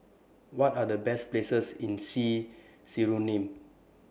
What Are The Best Places in See Suriname